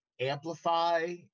amplify